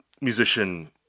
musician